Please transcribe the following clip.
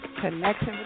connection